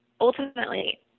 Ultimately